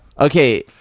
Okay